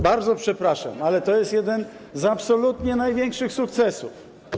Bardzo przepraszam, ale to jest jeden z absolutnie największych sukcesów.